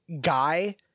guy